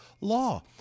law